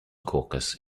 caucus